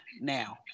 now